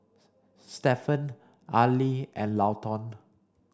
Stephan Arlie and Lawton